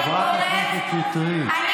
חברת הכנסת שטרית, תודה.